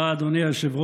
תודה, אדוני היושב-ראש.